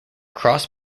cross